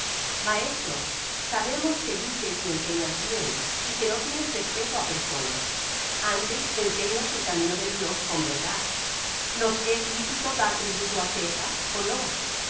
maestro sabemos que dices y enseñas bien y que no tienes respeto á persona antes enseñas el camino de dios con verdad nos es lícito dar tributo á césar ó no